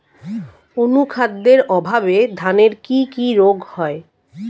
অনুখাদ্যের অভাবে ধানের কি কি রোগ হয়?